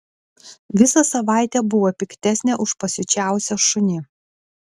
visą savaitę buvo piktesnė už pasiučiausią šunį